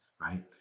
right